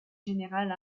général